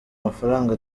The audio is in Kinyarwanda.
amafaranga